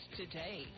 today